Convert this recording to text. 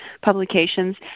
publications